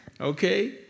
Okay